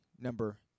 number